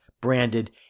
branded